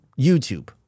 YouTube